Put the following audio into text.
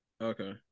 Okay